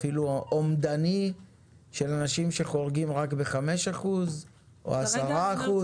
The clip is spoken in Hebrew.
אפילו אומדן של אנשים שחורגים רק ב-5% או 10%?